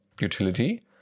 utility